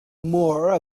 more